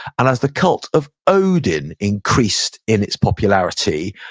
and as the cult of odin increased in its popularity,